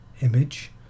image